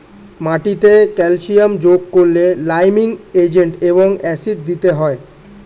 মাটিতে ক্যালসিয়াম যোগ করলে লাইমিং এজেন্ট এবং অ্যাসিড দিতে হয়